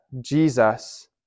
Jesus